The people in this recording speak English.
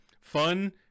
fun